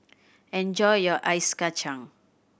enjoy your Ice Kachang